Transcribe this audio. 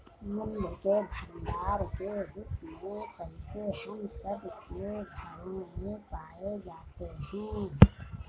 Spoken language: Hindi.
मूल्य के भंडार के रूप में पैसे हम सब के घरों में पाए जाते हैं